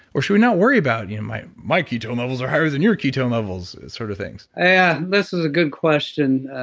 or should we not worry about, you know my my ketone levels are higher than your ketone levels, sort of things? yeah. this is a good question.